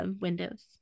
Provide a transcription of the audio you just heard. windows